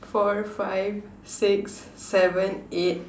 four five six seven eight